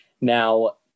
Now